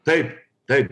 taip taip